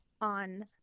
on